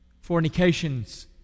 fornications